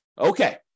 Okay